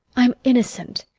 i am innocent,